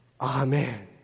Amen